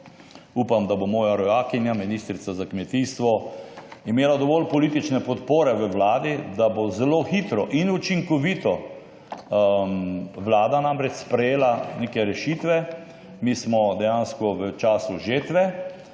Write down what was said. Upam, da bo moja rojakinja ministrica za kmetijstvo imela dovolj politične podpore v Vladi, da bo zelo hitro in učinkovito Vlada sprejela neke rešitve. Mi smo dejansko v času žetve,